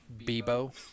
Bebo